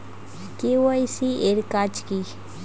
KYC এর কাজ কি?